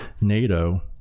NATO